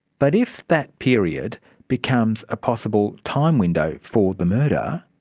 but if that period becomes a possible time-window for the murder,